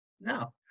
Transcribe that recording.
no